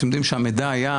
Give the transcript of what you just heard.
אתם יודעים שהמידע היה,